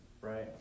right